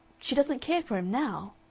she doesn't care for him now?